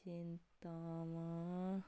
ਚਿੰਨਤਾਵਾਂ